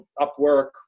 Upwork